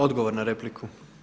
Odgovor na repliku.